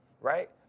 right